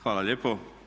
Hvala lijepo.